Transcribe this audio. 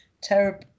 terrible